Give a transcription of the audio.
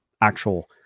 actual